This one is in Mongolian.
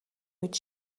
үед